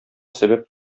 сәбәп